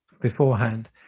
beforehand